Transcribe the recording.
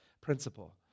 principle